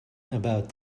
about